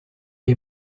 est